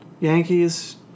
Yankees